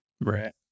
Right